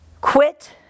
Quit